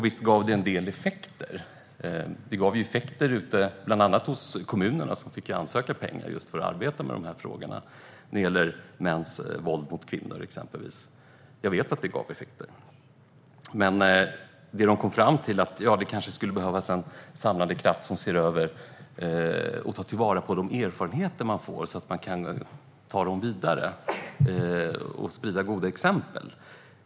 Visst gav det en del effekter, bland annat ute hos kommunerna, som fick ansöka om pengar för att arbeta just med frågorna om exempelvis mäns våld mot kvinnor. Jag vet att det gav effekter. Det de kom fram till var att det kanske skulle behövas en samlande kraft som ser över och tar till vara de erfarenheter man får så att man kan ta dem vidare och sprida goda exempel.